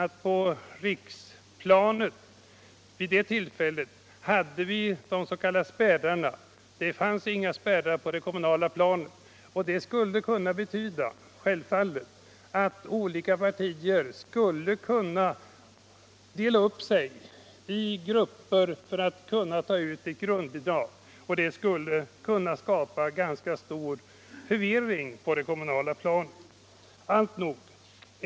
På riksplanet har vi de s.k. spärrarna, medan det inte finns sådana på det primärkommunala planet. Det skulle självfallet kunna betyda att olika partier kunde dela upp sig i grupper för att därigenom ta ut grundbidrag. Detta skulle kunna skapa stor förvirring i det politiska arbetet på det kommunala planet.